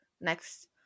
next